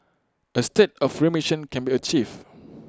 A state of remission can be achieved